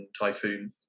typhoon